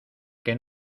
que